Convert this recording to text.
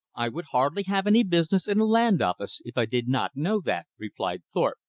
i would hardly have any business in a land office, if i did not know that, replied thorpe,